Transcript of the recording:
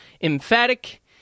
Emphatic